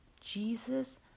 Jesus